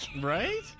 Right